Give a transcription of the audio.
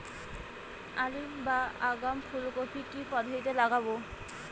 Early বা আগাম ফুল কপি কি পদ্ধতিতে লাগাবো?